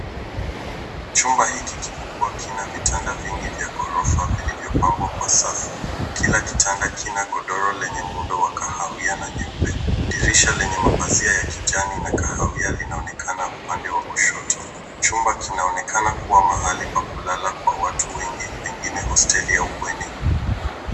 Chumba hiki kikubwa kina vitanda vingi vya gorofa vilivyopangwa kwa safu. Kila kitanda kina godoro lenye muundo wa kahawia na nyeupe. Dirisha lenye mapazia ya kijani na kahawia linaonekana upande wa kushoto. Chumba kinaonekana kuwa mahali pa kulala kwa watu wengi pengine hosteli au bweni.